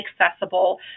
accessible